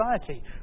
society